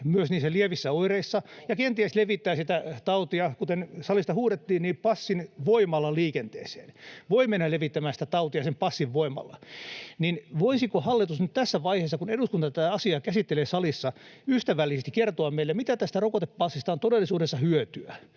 niissä lievissä oireissa ja kenties levittää sitä tautia [Jari Ronkaisen välihuuto] — kuten salista huudettiin, niin passin voimalla liikenteeseen, voi mennä levittämään sitä tautia sen passin voimalla. — Voisiko hallitus nyt tässä vaiheessa, kun eduskunta tätä asiaa käsittelee salissa, ystävällisesti kertoa meille, mitä tästä rokotepassista on todellisuudessa hyötyä?